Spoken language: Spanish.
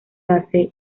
hace